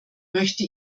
möchte